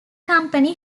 company